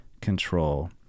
control